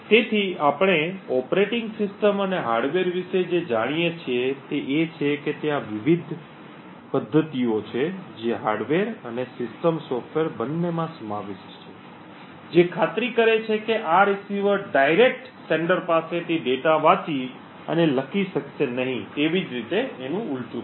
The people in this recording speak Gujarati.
તેથી આપણે ઓપરેટિંગ સિસ્ટમ અને હાર્ડવેર વિશે જે જાણીએ છીએ તે એ છે કે ત્યાં વિવિધ પદ્ધતિઓ છે જે હાર્ડવેર અને સિસ્ટમ સોફ્ટવેર બંનેમાં સમાવિષ્ટ છે જે ખાતરી કરે છે કે આ રીસીવર ડાયરેક્ટ પ્રેષક પાસેથી ડેટા વાંચી અથવા લખી શકશે નહીં તેવી જ રીતે ઉલટુ પણ